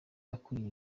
akuriye